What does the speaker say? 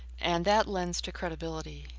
and that lens to credibility.